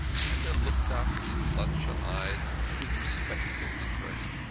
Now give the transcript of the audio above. peter looked up at his bloodshot eyes with respectful interest.